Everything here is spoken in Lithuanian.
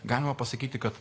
galima pasakyti kad